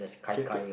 okay okay